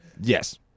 Yes